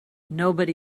nobody